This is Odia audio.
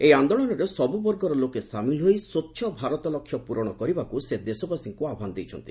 ଏହି ଆନ୍ଦୋଳନରେ ସବୁ ବର୍ଗର ଲୋକେ ସାମିଲ ହୋଇ ସ୍ପଚ୍ଛ ଭାରତ ଲକ୍ଷ୍ୟ ପ୍ରରଣ କରିବାକୁ ସେ ଦେଶବାସୀଙ୍କୁ ଆହ୍ପାନ ଦେଇଛନ୍ତି